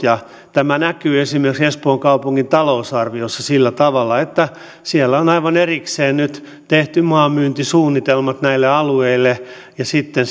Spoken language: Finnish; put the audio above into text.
maan myyntitulot tämä näkyy esimerkiksi espoon kaupungin talousarviossa sillä tavalla että siellä on aivan erikseen nyt tehty maan myyntisuunnitelmat näille alueille ja sitten